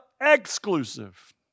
exclusive